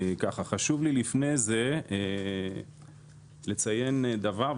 חשוב לי לפני כן לציין דבר,